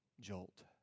jolt